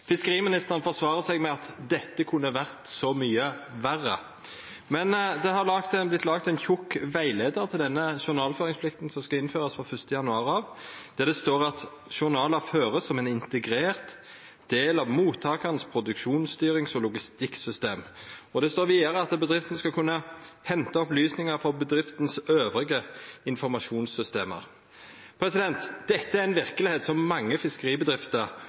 Fiskeriministeren forsvarer seg med at dette kunne ha vore så mykje verre. Men det har vorte laga ein tjukk rettleiar til denne journalføringsplikta, som skal innførast frå 1. januar. Der står det: «Journaler skal føres som en egen integrert del av mottakers produksjonsstyrings- og logistikksystem.» Det står vidare at bedrifta skal kunna henta opplysningar frå dei andre informasjonssystema i bedrifta. Dette er ei verkelegheit som mange fiskeribedrifter